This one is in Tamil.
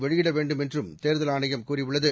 வெளியிட வேண்டும் என்றும் தேர்தல் ஆணையம் கூறியுள்ளது